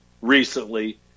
recently